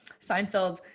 Seinfeld